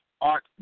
art